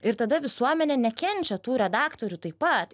ir tada visuomenė nekenčia tų redaktorių taip pat